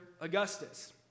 Augustus